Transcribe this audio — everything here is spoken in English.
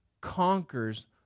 conquers